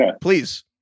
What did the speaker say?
Please